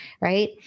Right